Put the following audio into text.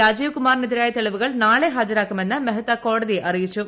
രാജീവ് കുമാറിനെതിരായ തെളിവുകൾ നാളെ ഹാജരാക്കുമെന്ന് മേഹ്ത്ത കോടതിയെ അറിയിച്ചു